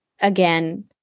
Again